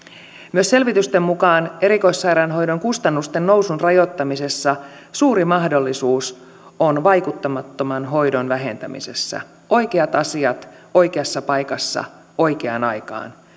myös selvitysten mukaan erikoissairaanhoidon kustannusten nousun rajoittamisessa suuri mahdollisuus on vaikuttamattoman hoidon vähentämisessä oikeat asiat oikeassa paikassa oikeaan aikaan